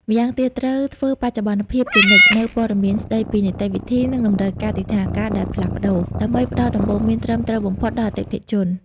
ម្យ៉ាងទៀត ត្រូវធ្វើបច្ចុប្បន្នភាពជានិច្ចនូវព័ត៌មានស្តីពីនីតិវិធី និងតម្រូវការទិដ្ឋាការដែលផ្លាស់ប្តូរ ដើម្បីផ្តល់ដំបូន្មានត្រឹមត្រូវបំផុតដល់អតិថិជន។